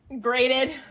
Graded